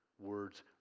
words